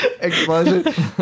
explosion